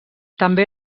també